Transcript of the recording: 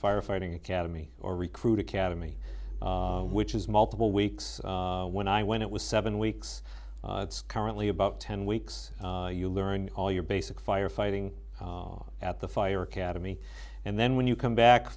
firefighting academy or recruit academy which is multiple weeks when i went it was seven weeks currently about ten weeks you learn all your basic firefighting at the fire academy and then when you come back